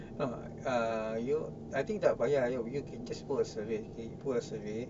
uh uh you I think tak payah you can just put a survey K put a survey